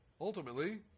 Ultimately